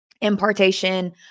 impartation